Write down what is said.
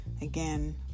Again